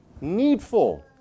needful